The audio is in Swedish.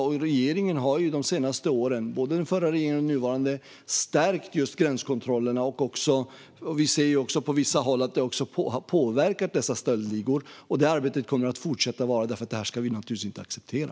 Både den förra regeringen och den nuvarande regeringen har de senaste åren stärkt just gränskontrollerna. Vi ser också på vissa håll att det har påverkat dessa stöldligor. Det arbetet kommer att fortsätta, för det här ska vi naturligtvis inte acceptera.